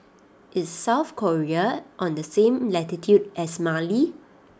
is South Korea on the same latitude as Mali